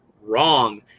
wrong